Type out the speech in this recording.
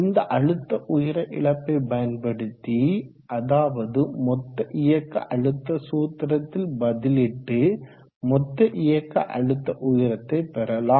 இந்த அழுத்த உயர இழப்பை பயன்படுத்தி அதாவது மொத்த இயக்க அழுத்த சூத்திரத்தில் பதிலிட்டு மொத்த இயக்க அழுத்த உயரத்தை பெறலாம்